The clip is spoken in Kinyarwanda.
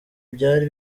byari